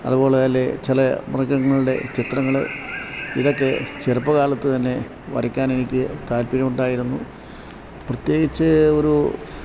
അതുപോലെ ചില മൃഗങ്ങളുടെ ചിത്രങ്ങൾ ഇതൊക്കെ ചെറുപ്പകാലത്ത് തന്നെ വരക്കാനെനിക്ക് താൽപര്യമുണ്ടായിരുന്നു പ്രത്യേകിച്ച് ഒരു